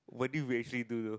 what do you actually do now